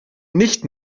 nicht